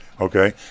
Okay